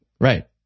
Right